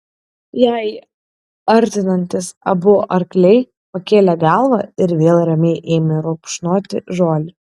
jai artinantis abu arkliai pakėlė galvą ir vėl ramiai ėmė rupšnoti žolę